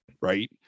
right